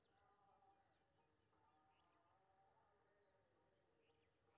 हम केना समझबे की हमर गेहूं सुख गले गोदाम में कहिया तक रख सके छिये?